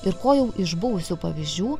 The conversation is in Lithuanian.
ir ko jau iš buvusių pavyzdžių